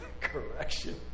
correction